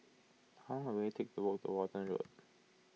how long will it take to walk to Walton Road